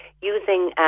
Using